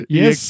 Yes